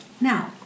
now